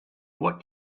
what